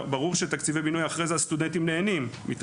ברור שמתקציבי בינוי הסטודנטים נהנים אחרי זה,